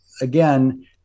Again